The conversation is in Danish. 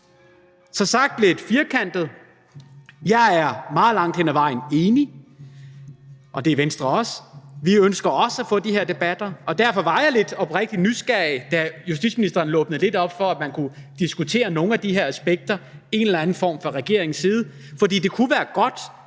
Så sagt lidt firkantet er jeg og Venstre meget langt hen ad vejen enige, vi ønsker også at få de her debatter, og derfor var jeg oprigtigt lidt nysgerrig, da justitsministeren åbnede lidt op for, at man fra regeringens side kunne diskutere nogle af de her aspekter i en eller anden form, for det kunne være godt,